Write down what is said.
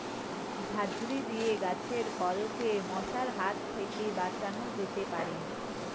ঝাঁঝরি দিয়ে গাছের ফলকে মশার হাত থেকে বাঁচানো যেতে পারে?